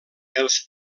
els